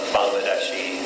Bangladeshi